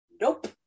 Nope